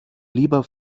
lieber